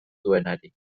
duenari